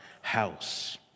house